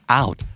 out